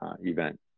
event